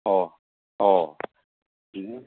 অ অ